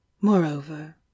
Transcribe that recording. moreover